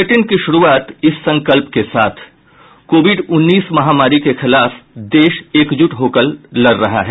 bulletin की शुरूआत इस संकल्प के साथ कोविड उन्नीस महामारी के खिलाफ देश एकजुट होकर लड़ रहा है